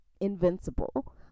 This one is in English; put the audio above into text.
invincible